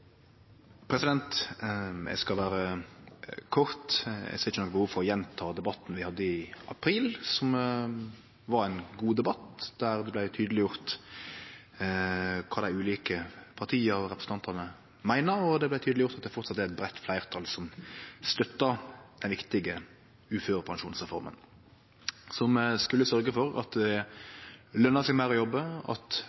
skal vere kort. Eg ser ikkje noko behov for å gjenta debatten vi hadde i april, som var ein god debatt, der det vart tydeleggjort kva dei ulike partia og representantane meiner. Og det vart tydeleggjort at det framleis er eit breitt fleirtal som støttar den viktige uførepensjonsreforma, som skulle sørgje for at